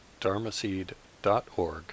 dharmaseed.org